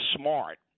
smart